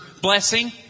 blessing